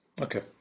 Okay